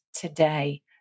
today